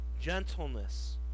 gentleness